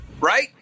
right